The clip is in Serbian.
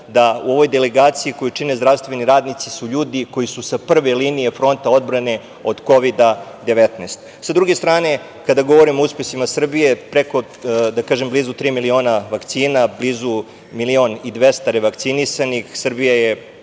U ovoj delegaciji, koju čine zdravstveni radnici, su ljudi koji su sa prve linije fronta odbrane od Kovida-19.Sa druge strane, kad govorimo o uspesima Srbije, blizu tri miliona vakcina, blizu milion i 200 revakcinisanih. Srbija je,